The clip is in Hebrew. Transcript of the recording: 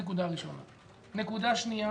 נקודה שנייה.